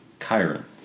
Chiron